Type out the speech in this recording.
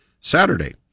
Saturday